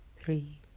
three